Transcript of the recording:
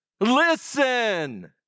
listen